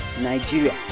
Nigeria